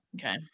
okay